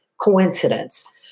coincidence